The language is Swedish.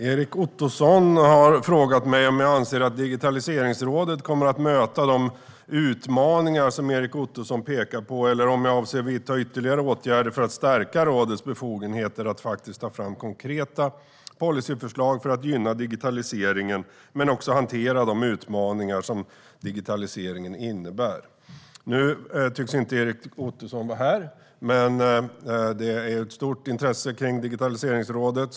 Erik Ottoson har frågat mig om jag anser att Digitaliseringsrådet kommer att möta de utmaningar som Erik Ottoson pekar på eller om jag avser att vidta ytterligare åtgärder för att stärka rådets befogenheter att faktiskt ta fram konkreta policyförslag för att gynna digitaliseringen men också hantera de utmaningar som digitaliseringen innebär. Nu tycks inte Erik Ottoson vara här, men det finns ett stort intresse för Digitaliseringsrådet.